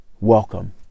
Welcome